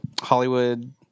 Hollywood